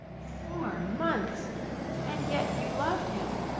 four months and yet you loved him!